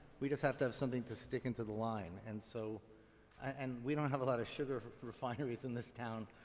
we just have to have something to stick into the line. and so and we don't have a lot of sugar refineries in this town.